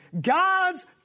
God's